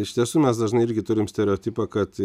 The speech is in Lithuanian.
iš tiesų mes dažnai irgi turim stereotipą kad